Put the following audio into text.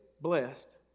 blessed